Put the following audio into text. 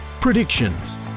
predictions